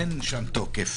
אין שם תוקף